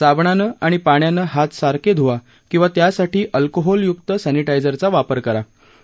साबणानं आणि पाण्यानं हात सारखे धुवा किंवा त्यासाठी अल्कोहोलयुक्त सॅनिधा झेरचा वापर करावा